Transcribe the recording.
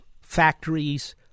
factories